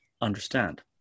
understand